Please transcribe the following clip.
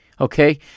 Okay